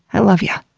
i love ya.